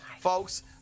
folks